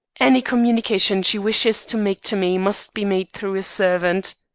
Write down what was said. any communication she wishes to make to me must be made through a servant